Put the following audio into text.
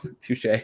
touche